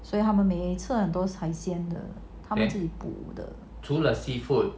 所以他们每次很多海鲜的自己捕的